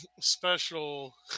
special